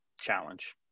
challenge